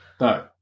No